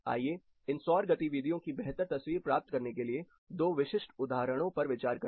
आइए इन सौर गतिविधियों की एक बेहतर तस्वीर प्राप्त करने के लिए दो विशिष्ट उदाहरणों पर विचार करें